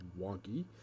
wonky